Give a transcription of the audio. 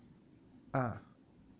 ah